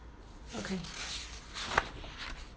okay